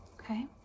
Okay